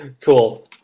cool